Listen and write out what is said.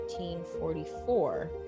1944